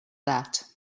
that